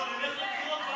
עוד נלך לבחירות,